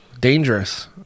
dangerous